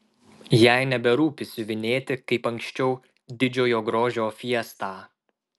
jai neberūpi siuvinėti kaip anksčiau didžiojo grožio fiestą